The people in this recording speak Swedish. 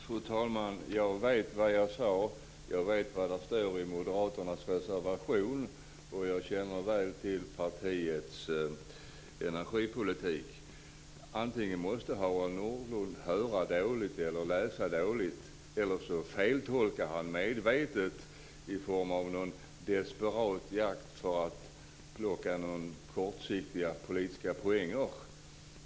Fru talman! Jag vet vad jag sade, jag vet vad som står i moderaternas reservation, och jag känner väl till partiets energipolitik. Antingen måste Harald Nordlund höra dåligt eller läsa dåligt eller också feltolkar han medvetet i form av någon desperat jakt för att plocka några kortsiktiga politiska poänger.